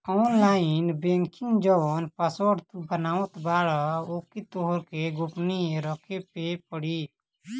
online banking जवन password तू बनावत बारअ ओके तोहरा के गोपनीय रखे पे पड़ी